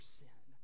sin